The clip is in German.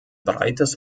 breites